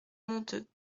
monteux